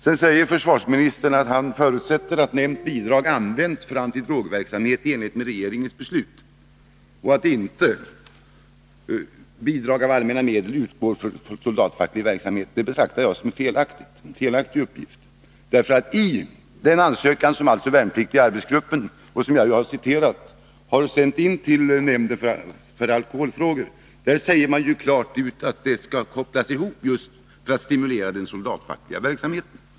Sedan säger försvarsministern att han förutsätter att nämnt bidrag används för antidrogverksamhet i enlighet med regeringens beslut och att bidrag av allmänna medel inte utgår för soldatfacklig verksamhet. Detta betraktar jag som en felaktig uppgift. I den ansökan som Värnpliktiga arbetsgruppen har sänt till nämnden för alkoholfrågor och som jag citerat säger man klart ut att det skall kopplas ihop just för att stimulera den soldatfackliga verksamheten.